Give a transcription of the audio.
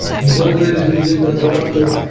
he's always using the grappler